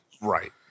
right